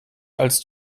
als